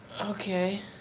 okay